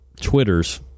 Twitters